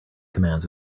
commands